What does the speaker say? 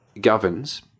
governs